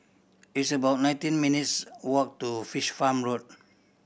it's about nineteen minutes' walk to Fish Farm Road